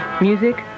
music